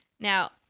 Now